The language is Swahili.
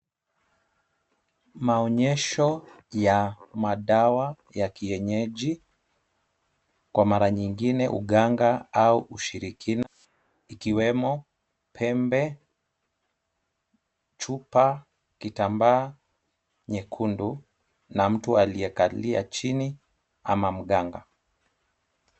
Maonyesho ya madawa ya kienyeji, kwa mara nyingine uganga au ushirikina, ikiwemo pembe, chupa, kitambaa nyekundu na mtu aliekalia chini ama mganga.